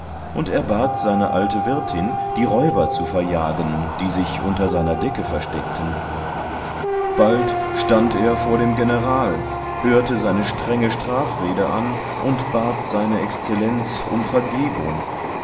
und er bat seine alte wirtin die räuber zu verjagen die sich unter seiner decke versteckten bald stand er vor dem general hörte seine strenge strafrede an und bat seine exzellenz um vergebung